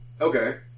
Okay